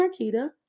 Marquita